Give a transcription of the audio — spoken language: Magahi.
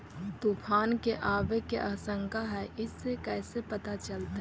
तुफान के आबे के आशंका है इस कैसे पता चलतै?